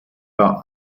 war